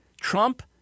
Trump